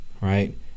Right